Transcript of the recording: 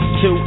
Two